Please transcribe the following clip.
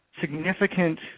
significant